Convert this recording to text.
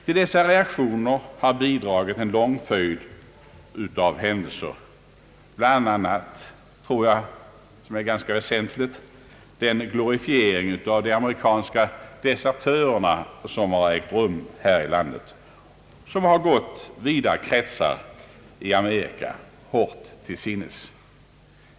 Till dessa reaktioner har bidragit en mängd händelser, bland annat — det tror jag är ganska väsentligt — den glorifiering av de amerikanska desertörerna som har ägt rum här i landet och vilken har gått vida kretsar i Amerika hårt till sinnes.